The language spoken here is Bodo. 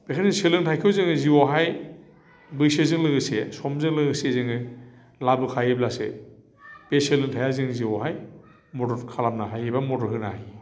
बेनिखायनो सोलोंथाइखौ जोङो जिउआवहाय बैसोजों लोगोसे समजों लोगोसे जोङो लाबोखायोब्लासो बे सोलोंथाइआ जोंनि जिउआवहाय मदद खालामनो हायो बा मदद होनो हायो